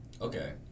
Okay